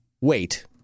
wait